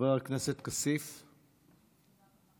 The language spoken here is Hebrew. חבר הכנסת כסיף איננו.